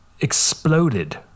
exploded